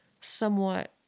somewhat